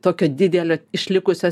tokio didelio išlikusio